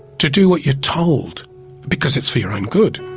to do what you're told because it's for your own good